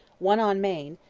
one on maine,